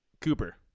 cooper